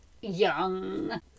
young